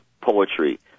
poetry